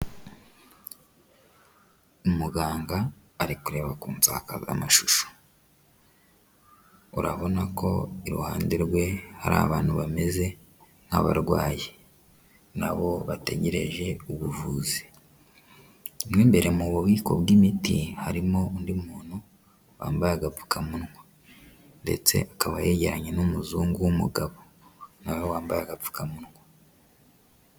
Umuganga ari kureba ku nsakazamashusho, urabona ko iruhande rwe hari abantu bameze nk'abarwayi, na bo bategereje ubuvuzi, mo imbere mu bubiko bw'imiti harimo undi muntu wambaye agapfukamunwa, ndetse akaba yajyanye n'umuzungu w'umugabo na we wambaye agapfukamunwa.